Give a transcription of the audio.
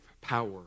power